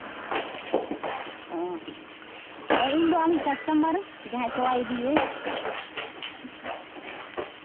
ᱚᱸᱻ ᱦᱳᱭ ᱤᱧ ᱫᱚ ᱟᱢᱤᱡ ᱠᱟᱥᱴᱚᱢᱟᱨ ᱡᱟᱦᱟᱸᱭ ᱛᱳᱣᱟ ᱤᱫᱤᱭᱟᱹᱧ